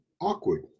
awkward